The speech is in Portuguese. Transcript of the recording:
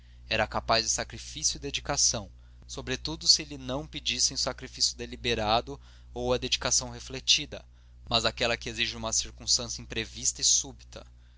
era capaz de sacrifício e dedicação sobretudo se lhe não pedissem o sacrifício deliberado ou a dedicação refletida mas aquele que exige uma circunstância imprevista e súbita